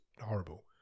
horrible